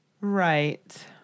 Right